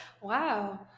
wow